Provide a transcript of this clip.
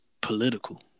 political